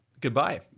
goodbye